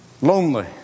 Lonely